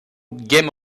game